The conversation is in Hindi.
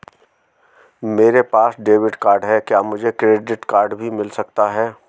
मेरे पास डेबिट कार्ड है क्या मुझे क्रेडिट कार्ड भी मिल सकता है?